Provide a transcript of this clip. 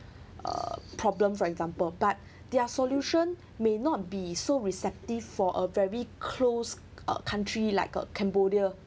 uh problem for example but their solutions may not be so receptive for a very close uh country like cambodia